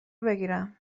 بگیرم